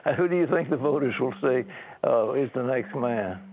who do you think the voters will say is the next man?